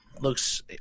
looks